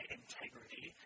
integrity